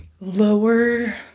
lower